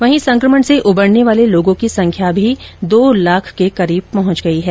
वहीं संक्रमण से उबरने वाले लोगों की संख्या दो लाख के करीब पहुंच गई है